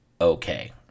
okay